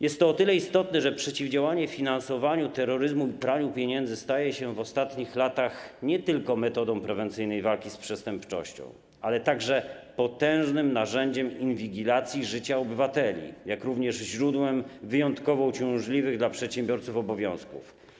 Jest to o tyle istotne, że przeciwdziałanie finansowaniu terroryzmu i praniu pieniędzy staje się w ostatnich latach nie tylko metodą prewencyjnej walki z przestępczością, ale także potężnym narzędziem inwigilacji życia obywateli, jak również źródłem wyjątkowo uciążliwych dla przedsiębiorców obowiązków.